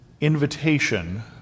invitation